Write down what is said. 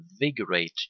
invigorate